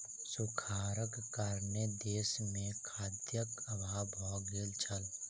सूखाड़क कारणेँ देस मे खाद्यक अभाव भ गेल छल